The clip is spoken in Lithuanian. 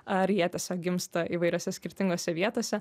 ar jie tiesiog gimsta įvairiose skirtingose vietose